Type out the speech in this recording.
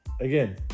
Again